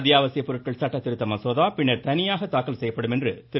அத்தியாவசியப்பொருட்கள் சட்ட திருத்த மசோதா பின்னர் தனியாக தாக்கல் செய்யப்படும் என்று திரு